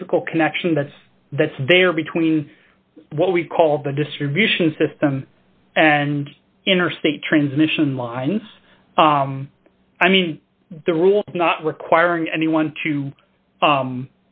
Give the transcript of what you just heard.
physical connection that's that's there between what we call the distribution system and interstate transmission lines i mean the rule not requiring anyone to